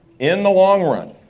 in the long run,